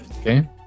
Okay